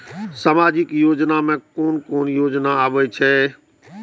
सामाजिक योजना में कोन कोन योजना आबै छै?